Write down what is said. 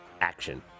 action